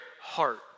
heart